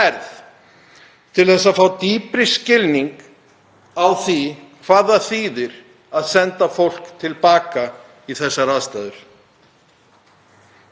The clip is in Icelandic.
til að fá dýpri skilning á því hvað það þýðir að senda fólk til baka í þessar aðstæður.